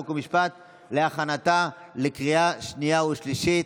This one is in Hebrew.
חוק ומשפט להכנתה לקריאה שנייה ושלישית.